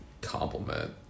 Compliment